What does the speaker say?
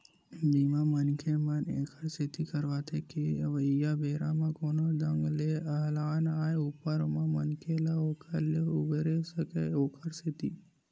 बीमा, मनखे मन ऐखर सेती करवाथे के अवइया बेरा म कोनो ढंग ले अलहन आय ऊपर म मनखे ह ओखर ले उबरे सकय ओखर सेती